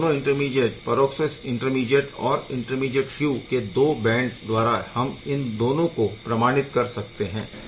यह दोनों intermediate peroxo species और इंटरमीडीएट Q के दो बैंड द्वारा हम इन दोनों को प्रमाणित कर सकते है